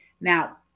Now